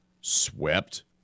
Swept